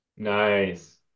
Nice